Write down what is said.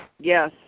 Yes